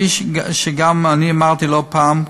כפי שאני אמרתי לא פעם,